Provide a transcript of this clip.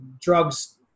drugs